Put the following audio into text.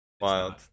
wild